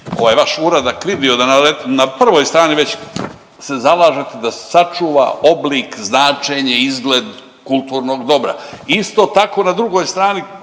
vaš uradak vidio da na prvoj strani već se zalažete da sačuva oblik, značenje, izgled kulturnog dobra. Isto tako na drugoj strani